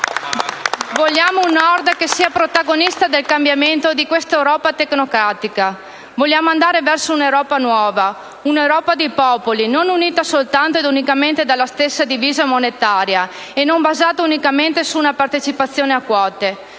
LN-Aut).*Vogliamo un Nord che sia protagonista del cambiamento di questa Europa tecnocratica. Vogliamo andare verso un'Europa nuova, un'Europa dei popoli, non unita soltanto ed unicamente dalla stessa divisa monetaria e non basata unicamente su una partecipazione a quote.